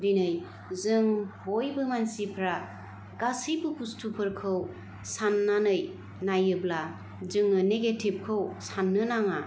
दिनै जों बयबो मानसिफ्रा गासिबो बुस्थुफोरखौ साननानै नायोब्ला जोङो नेगेटिभखौ साननो नाङा